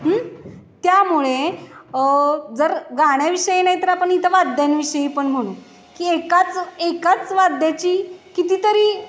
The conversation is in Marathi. त्यामुळे जर गाण्याविषयी नाही तर आपण इतर वाद्यांविषयी पण म्हणू की एकाच एकाच वाद्याची किती तरी